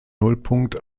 nullpunkt